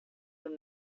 than